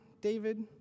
David